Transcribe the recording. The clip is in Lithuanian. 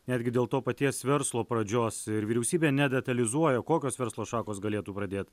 netgi dėl to paties verslo pradžios vyriausybė nedetalizuoja kokios verslo šakos galėtų pradėt